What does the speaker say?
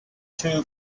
too